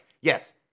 Yes